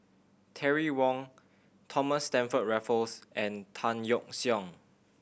Terry Wong Thomas Stamford Raffles and Tan Yeok Seong